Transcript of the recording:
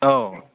औ